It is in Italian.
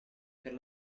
per